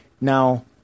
Now